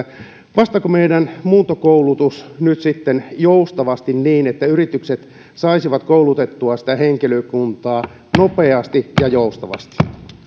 vastaako meidän muuntokoulutus nyt siihen joustavasti niin että yritykset saisivat koulutettua sitä henkilökuntaa nopeasti ja joustavasti